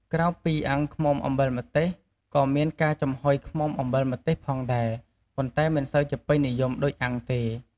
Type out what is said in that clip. ក្រៅពីអាំងឃ្មុំអំបិលម្ទេស ក៏មានការចំហុយឃ្មុំអំបិលម្ទេសផងដែរ ប៉ុន្តែមិនសូវជាពេញនិយមដូចអាំងទេ។